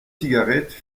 cigarettes